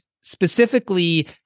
specifically